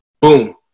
Boom